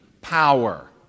power